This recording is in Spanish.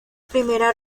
primera